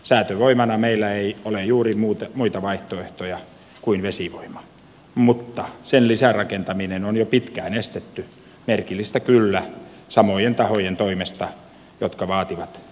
säätövoimana meillä ei ole juuri muita vaihtoehtoja kuin vesivoima mutta sen lisärakentaminen on jo pitkään estetty merkillistä kyllä samojen tahojen toimesta jotka vaativat lisää tuulivoimaa